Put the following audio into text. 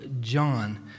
John